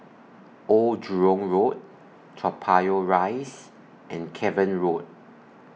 Old Jurong Road Toa Payoh Rise and Cavan Road